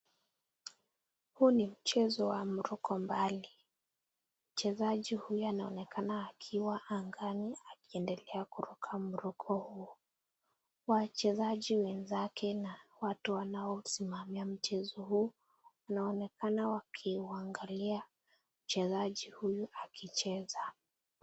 Huu ni mchezo wa mruko mbali, mchezaji huyu anaonekana akiwa angani akiendelea kuruka mruko huo, wachezaji wenzake na watu wanaosimamamia mchezo huu, wanaonekana wakiwaangalia mchezaji huyu akicheza.